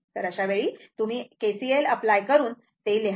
तर अशावेळी तुम्ही KCL अप्लाय करून ते लिहा